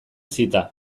zita